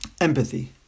empathy